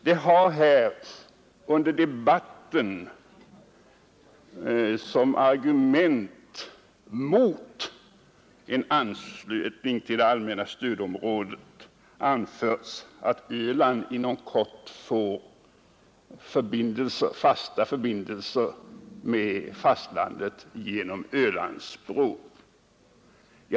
Det har här under debatten som argument mot en anslutning till det allmänna stödområdet anförts att Öland inom kort får vägförbindelser med fastlandet genom Ölandsbron.